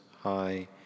High